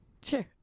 sure